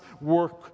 work